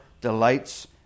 delights